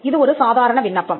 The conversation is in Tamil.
இது ஒரு சாதாரண விண்ணப்பம்